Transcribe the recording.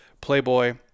Playboy